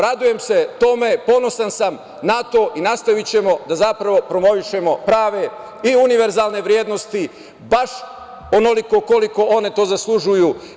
Radujem se tome, ponosan sam na to i nastavićemo da promovišemo prave i univerzalne vrednosti baš onoliko koliko one to zaslužuju.